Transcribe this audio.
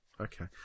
Okay